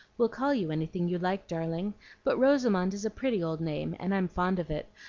we'll call you anything you like, darling but rosamond is a pretty old name, and i'm fond of it,